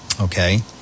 Okay